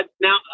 now